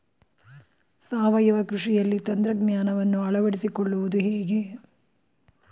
ಸಾವಯವ ಕೃಷಿಯಲ್ಲಿ ತಂತ್ರಜ್ಞಾನವನ್ನು ಅಳವಡಿಸಿಕೊಳ್ಳುವುದು ಹೇಗೆ?